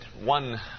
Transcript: one